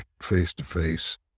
face-to-face